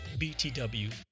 BTW